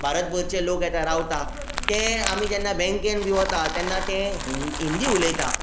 भारत भरचे लोक येता रावता ते आमी जेन्ना बँकेन बीन वता तेन्ना ते हिन हिंदी उलयता